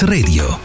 Radio